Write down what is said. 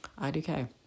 IDK